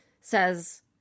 says